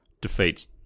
defeats